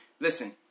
Listen